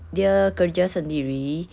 dia kerja sendiri